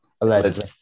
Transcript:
Allegedly